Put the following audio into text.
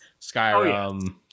Skyrim